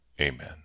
Amen